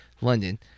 London